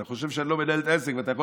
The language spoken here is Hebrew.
אתה חושב שאני לא מנהל את העסק ואתה יכול